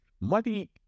Money